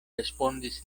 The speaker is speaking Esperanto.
respondis